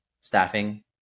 staffing